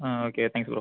ah okay thanks bro